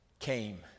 came